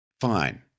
Fine